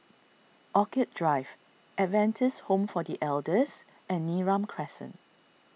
Orchid Drive Adventist Home for the Elders and Neram Crescent